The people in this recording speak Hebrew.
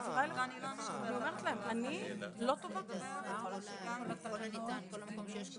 אנחנו לא מדברים על מצב שאדם שהיה בתאונת דרכים בגיל 60